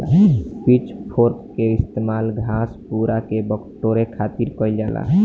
pitch fork के इस्तेमाल घास, पुआरा के बटोरे खातिर कईल जाला